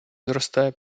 зростає